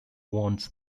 wants